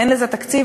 אין לזה תקציב,